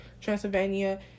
Transylvania